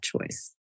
choice